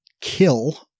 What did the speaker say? kill